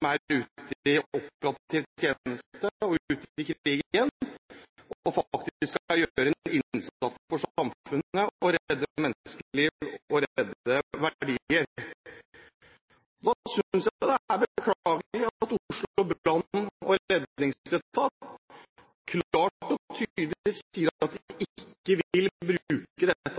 og faktisk skal gjøre en innsats for samfunnet og redde menneskeliv og verdier. Da synes jeg det er beklagelig at Oslos brann- og redningsetat klart og tydelig sier at de ikke vil